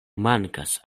mankas